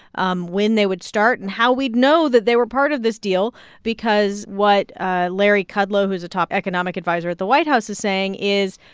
um when they would start and how we'd know that they were part of this deal because what ah larry kudlow, who's a top economic adviser at the white house, is saying is,